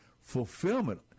fulfillment